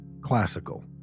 classical